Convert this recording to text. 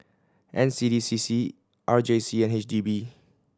N C D C C R J C and H D B